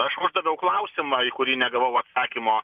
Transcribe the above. aš uždaviau klausimą į kurį negavau atsakymo